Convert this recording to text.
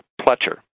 Pletcher